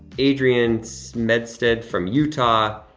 adrian smedstead from utah.